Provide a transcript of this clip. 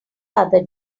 other